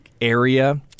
Area